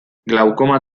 glaukoma